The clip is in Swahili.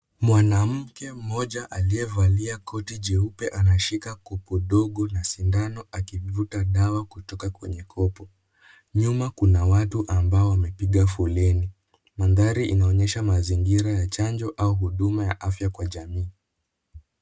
Mwanamke mmoja aliyevalia koti jeupe ameshika kukudogo na sindano akivuruta dawa kutoka kwenye kopo. Nÿuma kuna watu ambao wamepanga foleni. Maadhari inaonyesha huduma ya chanjo au huduma ya afya kwa jamii.